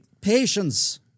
patience